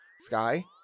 Sky